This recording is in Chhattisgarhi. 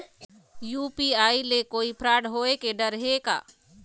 यू.पी.आई ले कोई फ्रॉड होए के डर हे का?